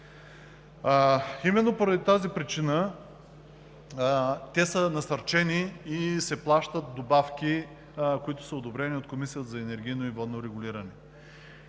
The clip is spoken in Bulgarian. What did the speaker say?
Именно поради тази причина те са насърчени и се плащат добавки, които са одобрени от Комисията за енергийно и водно регулиране.